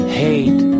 hate